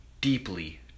deeply